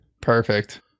Perfect